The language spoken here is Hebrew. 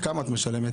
כמה את משלמת?